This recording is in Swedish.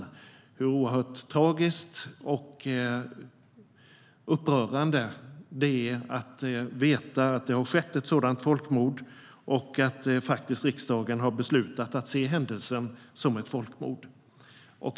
Det är oerhört tragiskt och upprörande att veta att det har skett ett sådant folkmord, och riksdagen har faktiskt beslutat att se händelsen som ett folkmord.